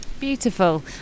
Beautiful